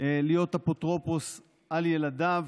להיות אפוטרופוס על ילדיו,